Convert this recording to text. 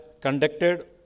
conducted